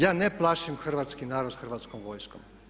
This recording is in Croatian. Ja ne plašim hrvatski narod Hrvatskom vojskom.